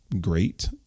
great